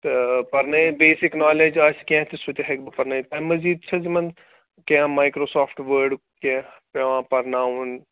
تہٕ پَرٕنٲیِتھ basic knowledge آسہِ کیٚنہہ تہِ سُہ تہِ ہٮ۪کہٕ بہٕ پَرنٲیِتھ اَمہِ مٔزیٖد چھِ حظ یِمَن کیٚنہہ مایِکرٛوسافٹ وٲڈُک کینٛہہ پٮ۪وان پَرناوُن